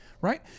right